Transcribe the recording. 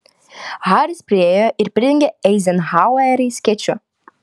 haris priėjo ir pridengė eizenhauerį skėčiu